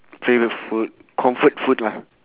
favourite food comfort food lah